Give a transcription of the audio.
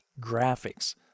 graphics